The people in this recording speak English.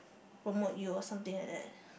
promote you or something like that